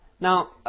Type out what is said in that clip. Now